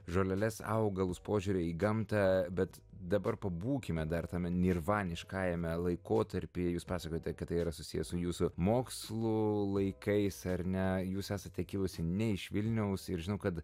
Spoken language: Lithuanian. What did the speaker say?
žoleles augalus požiūrį į gamtą bet dabar pabūkime dar tame nirvaniškajame laikotarpyje jūs pasakojote kad tai yra susiję su jūsų mokslų laikais ar ne jūs esate kilusi ne iš vilniaus ir žinau kad